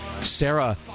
Sarah